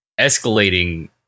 escalating